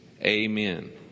amen